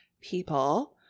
people